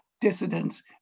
dissidents